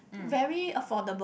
very affordable